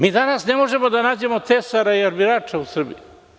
Mi danas ne možemo da nađemo tesara i armirača u Srbiji.